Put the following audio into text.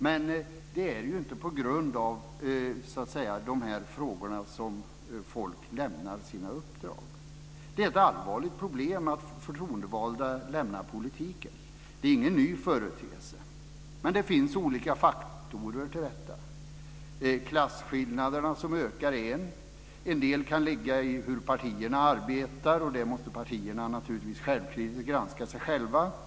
Men det är ju inte på grund av de här frågorna som folk lämnar sina uppdrag. Det är ett allvarligt problem att förtroendevalda lämnar politiken. Det är ingen ny företeelse. Det finns olika orsaker till detta. Klasskillnaderna som ökar är en. En del kan ligga i hur partierna arbetar, och där måste partierna naturligtvis självkritiskt granska sig själva.